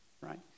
right